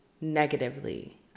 negatively